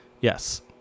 Yes